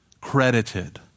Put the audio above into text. credited